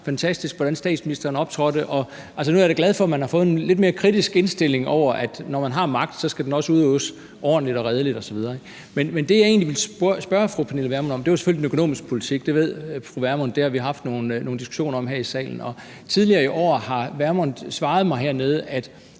fantastisk, hvordan statsministeren optrådte. Nu er jeg da glad for, at man har fået en lidt mere kritisk indstilling, for når man har magt, skal den også udøves ordentligt og redeligt osv. Men det, jeg egentlig ville spørge fru Pernille Vermund om, var selvfølgelig den økonomiske politik, og det ved fru Pernille Vermund vi har haft nogle diskussioner om her i salen. Tidligere i år har fru Pernille Vermund svaret mig hernede, at